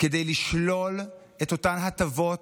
כדי לשלול את אותן הטבות